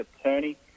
Attorney